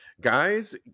guys